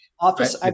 office